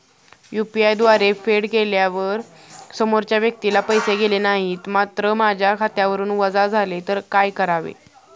UPI द्वारे फेड केल्यावर समोरच्या व्यक्तीला पैसे गेले नाहीत मात्र माझ्या खात्यावरून वजा झाले तर काय करावे?